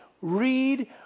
read